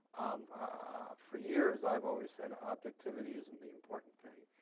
ah for years i've always said objectivity isn't the important thing,